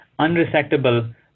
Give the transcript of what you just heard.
unresectable